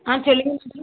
ஆ சொல்லுங்கள்